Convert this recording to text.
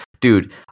Dude